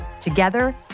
together